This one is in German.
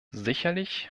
sicherlich